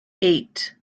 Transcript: eight